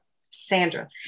Sandra